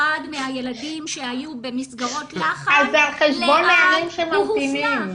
מהילדים שהיו במסגרות לחן לאן הוא הופנה?